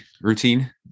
routine